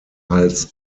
hals